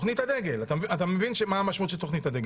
אתה מבין מה המשמעות של תוכנית הדגל